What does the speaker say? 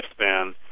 lifespan